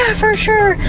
ah for sure,